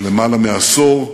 למעלה מעשור,